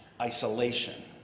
isolation